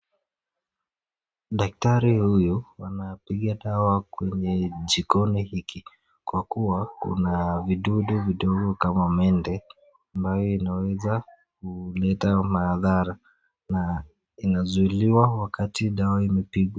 Daktari huyu anapigia dawa kwenye jikoni hiki, kwa kuwa kuna vidudu vidogo kama mende ambayo inaweza kuleta madhara na inazuiliwa wakati dawa imepigwa.